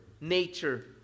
nature